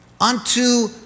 Unto